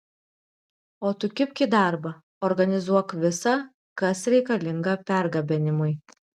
o tu kibk į darbą organizuok visa kas reikalinga pergabenimui